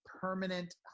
permanent